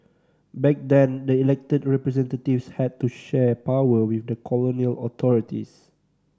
back then the elected representatives had to share power with the colonial authorities